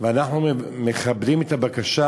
ואנחנו מכבדים את הבקשה,